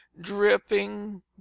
dripping